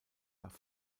nach